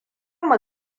mu